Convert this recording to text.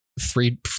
three